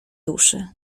duszy